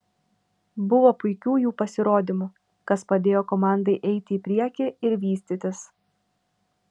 buvo puikių jų pasirodymų kas padėjo komandai eiti į priekį ir vystytis